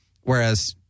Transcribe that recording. Whereas